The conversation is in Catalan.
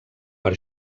per